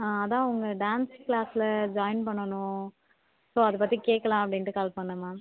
ஆ அதுதான் உங்கள் டான்ஸ் க்ளாஸ்சில் ஜாயின் பண்ணணும் ஸோ அதை பற்றி கேட்கலான் அப்படின்ட்டு கால் பண்ணிணேங்க மேம்